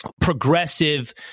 Progressive